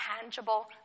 tangible